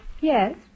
Yes